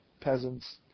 peasants